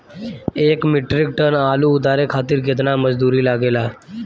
एक metric tonne आलू उतारे खातिर केतना मजदूरी लागेला?